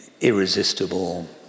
irresistible